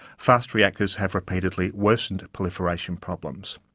fast reactors have repeatedly worsened proliferation problems.